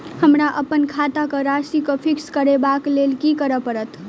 हमरा अप्पन खाता केँ राशि कऽ फिक्स करबाक लेल की करऽ पड़त?